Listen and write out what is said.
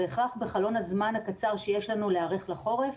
הכרח בחלון הקצר שיש לנו להיערך לחורף,